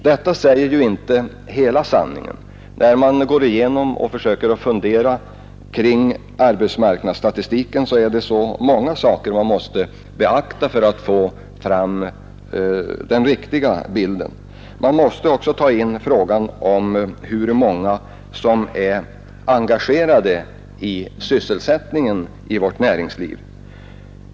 Detta säger dock inte hela sanningen. När man studerar arbetsmarknadsstatistiken är det många saker man måste beakta för att få fram den riktiga bilden. Man måste också ta in frågan om hur många som är engagerade i sysselsättning i vårt näringsliv.